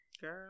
girl